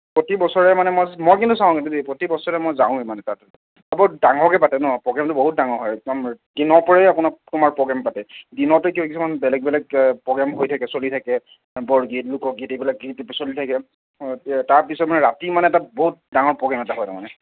প্ৰতি বছৰে মানে মই মই কিন্তু চাওঁ কিন্তু দেই প্ৰতি বছৰে মই যাওঁ মানে তাত বহুত ডাঙৰকৈ পাতে ন প্ৰগ্ৰেমটো বহুত ডাঙৰ হয় একদম দিনৰ পৰাই আপোনাৰ তোমাৰ প্ৰগ্ৰেম পাতে দিনতে কিবা কিছুমান বেলেগ বেলেগ প্ৰগ্ৰেম হৈ থাকে চলি থাকে বৰগীত লোকগীত এইবিলাক গীত চলি থাকে তাৰ পিছত মানে ৰাতি মানে বহুত ডাঙৰ প্ৰগ্ৰেম এটা হয় তাৰমানে